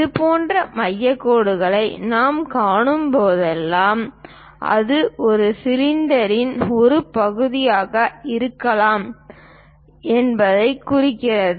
இதுபோன்ற மையக் கோடுகளை நாம் காணும்போதெல்லாம் அது ஒரு சிலிண்டரின் ஒரு பகுதியாக இருக்கலாம் என்பதைக் குறிக்கிறது